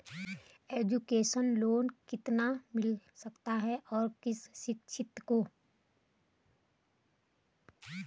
Education loan कितना मिल सकता है और किस शिक्षार्थी को?